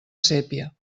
sépia